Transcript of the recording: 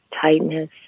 tightness